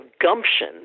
gumption